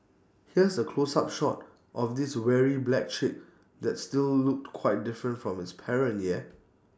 here's A close up shot of this weary black chick that still looked quite different from its parent yeah